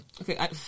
Okay